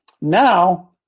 Now